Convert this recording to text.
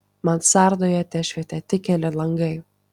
mansardoje tešvietė tik keli langai